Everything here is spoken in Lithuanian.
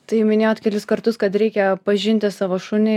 tai minėjot kelis kartus kad reikia pažinti savo šunį